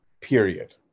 period